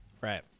Right